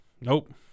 Nope